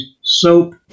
soap